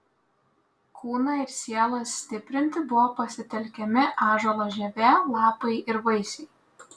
kūną ir sielą stiprinti buvo pasitelkiami ąžuolo žievė lapai ir vaisiai